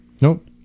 Nope